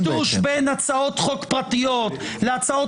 הטשטוש בין הצעות חוק פרטיות להצעות